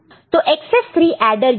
तो excess 3 adder unit